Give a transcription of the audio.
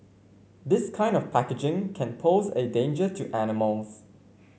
this kind of packaging can pose a danger to animals